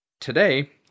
Today